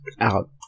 out